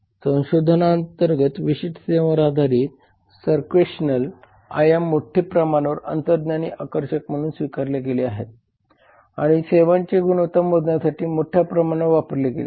संशोधनाअंतर्गत विशिष्ट सेवांवर आधारित SERVQUAL आयाम मोठ्या प्रमाणावर अंतर्ज्ञानी आकर्षक म्हणून स्वीकारले गेले आहेत आणि सेवांची गुणवत्ता मोजण्यासाठी मोठ्या प्रमाणावर वापरले गेले आहेत